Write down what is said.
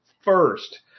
first